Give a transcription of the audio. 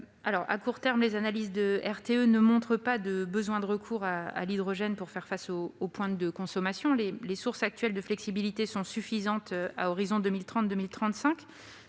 à court terme, les analyses de RTE n'indiquent pas un besoin de recours à l'hydrogène pour faire face aux pointes de consommation : les sources actuelles de flexibilité sont suffisantes à l'horizon de 2030-2035.